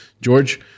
George